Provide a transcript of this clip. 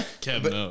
Kevin